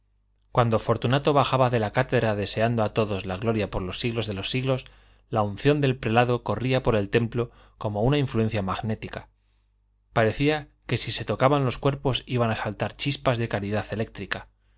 cuando fortunato bajaba de la cátedra deseando a todos la gloria por los siglos de los siglos la unción del prelado corría por el templo como una influencia magnética parecía que si se tocaban los cuerpos iban a saltar chispas de caridad eléctrica